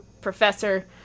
professor